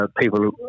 people